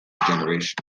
generation